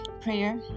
prayer